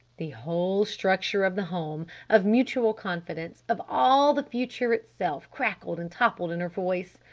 the whole structure of the home of mutual confidence of all the future itself, crackled and toppled in her voice.